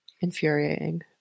infuriating